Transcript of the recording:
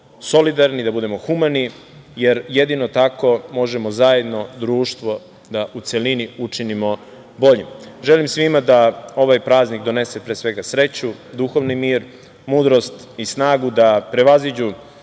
solidarni, da budemo humani, jer jedino tako možemo zajedno društvo u celini da učinimo boljim. Želim svima da ovaj praznik donese sreću, duhovni mir, mudrost i snagu da prevaziđu